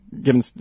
given